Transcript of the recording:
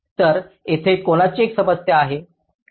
तर तेथे कोणाची एक समस्या आहे